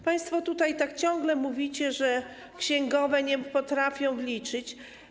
Państwo tutaj tak ciągle mówicie, że księgowe nie potrafią liczyć.